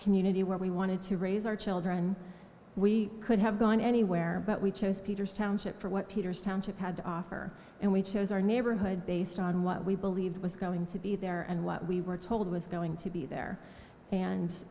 community where we wanted to raise our children we could have gone anywhere but we chose peter's township for what peter's township had to offer and we chose our neighborhood based on what we believed was going to be there and what we were told was going to be there and